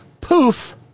poof